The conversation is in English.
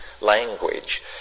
language